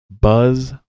Buzz